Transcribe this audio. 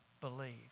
believe